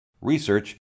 research